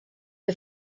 the